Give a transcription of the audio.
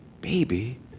Baby